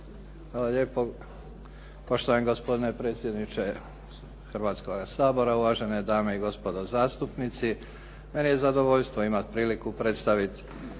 Hvala lijepo, poštovani gospodine predsjedniče Hrvatskoga sabora, uvažene dame i gospodo zastupnici. Meni je zadovoljstvo imati priliku predstaviti